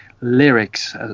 lyrics